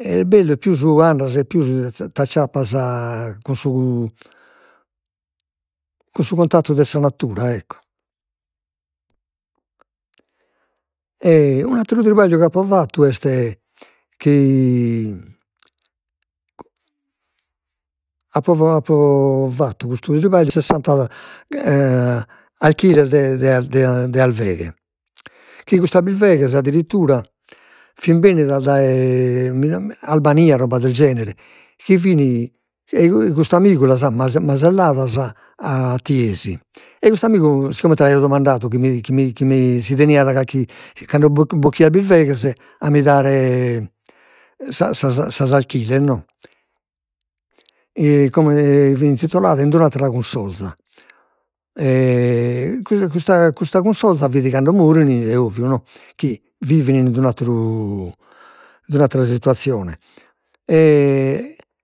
est bellu e pius andas e pius t'acciappas cun su cun su contattu de sa natura ecco. E un'atteru tripagliu chi apo fattu est chi apo apo fattu custu tripagliu, sessanta alchiles de de de alveghe, chi custas bilveghes addirittura fin bennidas dae Albania, roba del genere, chi fin ei ei custu amigu las at maselladas a Thiesi, e custu amigu sigomente aio domandadu chi mi chi mi si teniat calchi, cando bo- bocchiat birveghes a mi dare sas sas alchiles no, e fit intituladu, in d'una attera cunsorza, custa custa cunsorza fit cando morin, e oviu no, chi vivin in d'unu atteru, in d'una attera situazione e